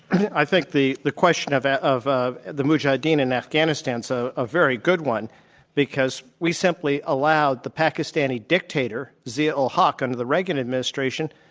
i think the the question of of the mujahedeen in afghanistan's so a very good one because we simply allowed the pakistani dictator, zia-ul-haq under the reagan administration,